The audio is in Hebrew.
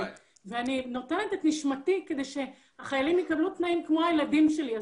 אני נותנת את נשמתי כדי החיילים יקבלו תנאים כמו הילדים שלי,